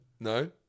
No